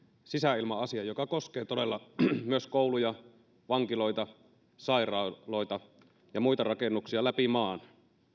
sisäilma asian joka koskee todella myös kouluja vankiloita sairaaloita ja muita rakennuksia läpi maan